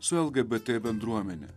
su lgbt bendruomene